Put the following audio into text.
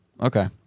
Okay